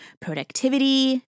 productivity